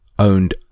owned